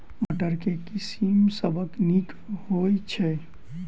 मटर केँ के किसिम सबसँ नीक होइ छै?